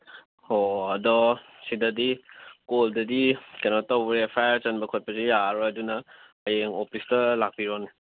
ꯍꯣ ꯑꯗꯣ ꯁꯤꯗꯗꯤ ꯀꯣꯜꯗꯗꯤ ꯀꯩꯅꯣ ꯇꯧꯔꯦ ꯑꯦꯐ ꯑꯥꯏ ꯑꯥꯔ ꯆꯟꯕ ꯈꯣꯠꯄꯁꯨ ꯌꯥꯔꯔꯣꯏ ꯑꯗꯨꯅ ꯍꯌꯦꯡ ꯑꯣꯐꯤꯁꯇ ꯂꯥꯛꯄꯤꯔꯣꯅꯦ